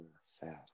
Sad